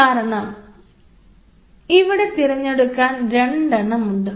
കാരണം ഇവിടെ തിരഞ്ഞെടുക്കാൻ രണ്ടെണ്ണം ഉണ്ട്